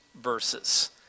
Verses